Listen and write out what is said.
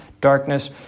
darkness